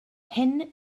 hyn